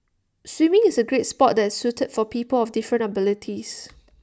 swimming is A great Sport that is suited for people of different abilities